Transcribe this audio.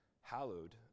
hallowed